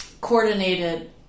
coordinated